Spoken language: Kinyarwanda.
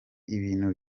ibintu